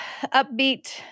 upbeat